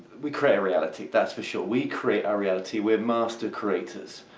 we create reality, that's for sure we create our reality we're master creators,